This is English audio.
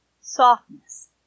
Softness